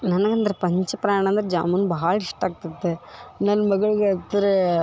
ನನಗಂದ್ರೆ ಪಂಚಪ್ರಾಣ ಅಂದ್ರೆ ಜಾಮೂನ್ ಭಾಳ ಇಷ್ಟ ಆಗ್ತೈತ ನನ್ನ ಮಗಳಿಗೆ ಅಂತ್ರು